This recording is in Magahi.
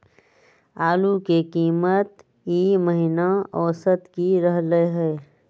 आलू के कीमत ई महिना औसत की रहलई ह?